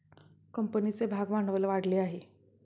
कंपनीचे भागभांडवल वाढले आहे